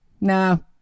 No